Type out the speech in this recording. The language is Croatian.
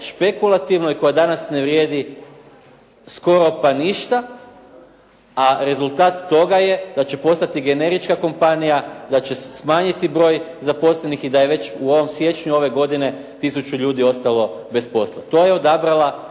špekulativno i koja danas ne vrijedi skoro pa ništa, a rezultat toga je da će postati generička kompanija, da će se smanjiti broj zaposlenih i da je već u ovom siječnju ove godine 1000 ljudi ostalo bez posla. To je odabrala